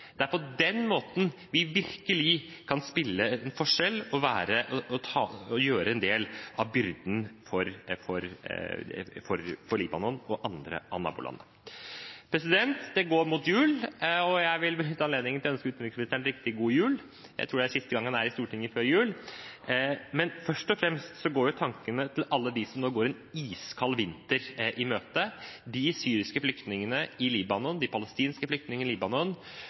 Det er på den måten vi virkelig kan gjøre en forskjell og ta en del av byrden for Libanon og nabolandene. Det går mot jul, og jeg vil benytte anledningen til å ønske utenriksministeren riktig god jul, jeg tror det er siste gang han er i Stortinget før jul. Men først og fremst går jo tankene til alle dem som går en iskald vinter i møte, de syriske flyktningene i Libanon, de palestinske flyktningene i Libanon